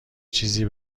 چیزی